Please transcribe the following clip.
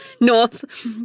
north